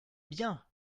bien